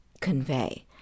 convey